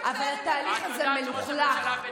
אבל התהליך הזה מלוכלך,